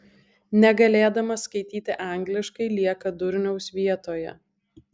negalėdamas skaityti angliškai lieka durniaus vietoje